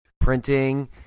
printing